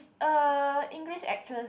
uh English actress